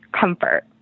comfort